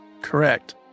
correct